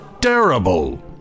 Terrible